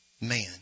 man